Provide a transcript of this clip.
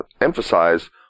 emphasize